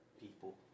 people